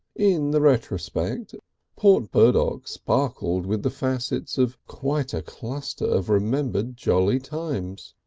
in the retrospect port burdock sparkled with the facets of quite a cluster of remembered jolly times.